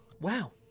wow